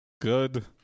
good